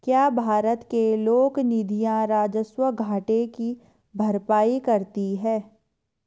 क्या भारत के लोक निधियां राजस्व घाटे की भरपाई करती हैं?